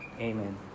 Amen